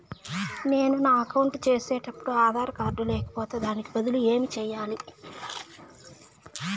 నేను నా అకౌంట్ సేసేటప్పుడు ఆధార్ కార్డు లేకపోతే దానికి బదులు ఏమి సెయ్యాలి?